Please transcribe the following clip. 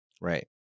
Right